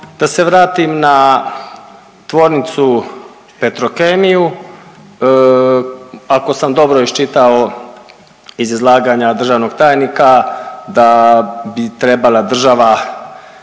da se vratim na tvornicu Petrokemiju, ako sam dobro iščitao iz izlaganja državnog tajnika da bi trebala država